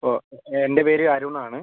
ഓ എൻ്റെ പേര് അരുൺ ആണ്